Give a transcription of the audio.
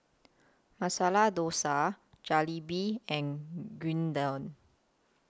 Masala Dosa Jalebi and Gyudon